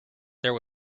there